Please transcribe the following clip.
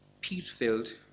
peat-filled